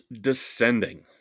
descending